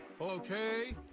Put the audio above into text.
Okay